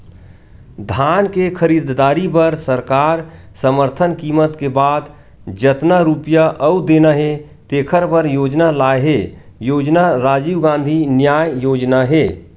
धान के खरीददारी बर सरकार समरथन कीमत के बाद जतना रूपिया अउ देना हे तेखर बर योजना लाए हे योजना राजीव गांधी न्याय योजना हे